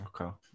Okay